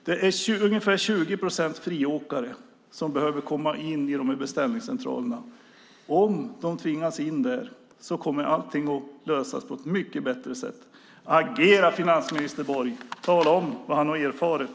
Det är ungefär 20 procent friåkare som behöver komma in i beställningscentralerna. Om de tvingas in där kommer allt att lösas på ett mycket bättre sätt. Agera, finansminister Borg, och tala om vad du erfarit!